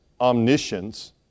omniscience